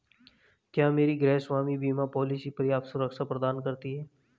क्या मेरी गृहस्वामी बीमा पॉलिसी पर्याप्त सुरक्षा प्रदान करती है?